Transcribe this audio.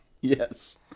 Yes